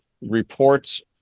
reports